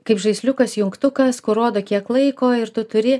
kaip žaisliukas jungtukas kur rodo kiek laiko ir tu turi